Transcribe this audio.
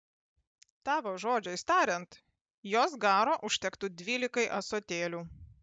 tavo žodžiais tariant jos garo užtektų dvylikai ąsotėlių